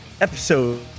episode